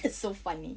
it's so funny